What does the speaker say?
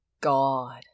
God